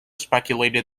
speculated